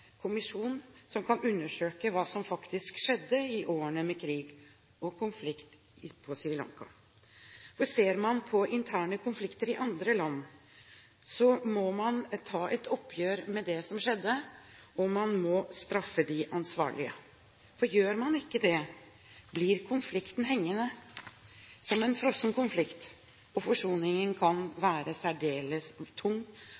kommisjon som kan undersøke hva som faktisk skjedde i årene med krig og konflikt på Sri Lanka. For ser man på interne konflikter i andre land, må man ta et oppgjør med det som skjedde, og man må straffe de ansvarlige. Gjør man ikke det, blir konflikten hengende som en frossen konflikt, og forsoning kan være en særdeles tung